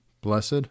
Blessed